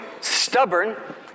stubborn